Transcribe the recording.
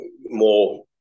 more